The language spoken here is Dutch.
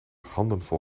handenvol